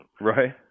Right